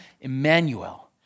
Emmanuel